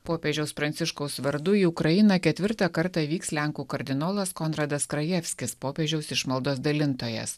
popiežiaus pranciškaus vardu į ukrainą ketvirtą kartą vyks lenkų kardinolas konradas krajevskis popiežiaus išmaldos dalintojas